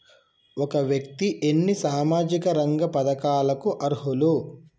ఒక వ్యక్తి ఎన్ని సామాజిక రంగ పథకాలకు అర్హులు?